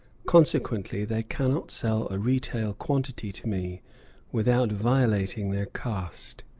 consequently they cannot sell a retail quantity to me without violating their caste.